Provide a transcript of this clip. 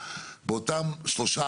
באותם שלושה,